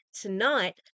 tonight